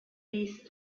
these